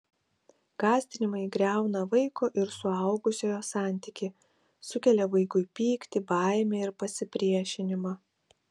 gąsdinimai griauna vaiko ir suaugusiojo santykį sukelia vaikui pyktį baimę ir pasipriešinimą